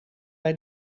bij